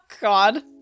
God